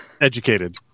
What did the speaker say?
educated